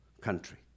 country